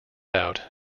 out